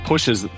Pushes